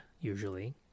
usually